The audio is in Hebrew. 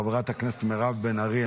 חברת הכנסת מירב בן ארי,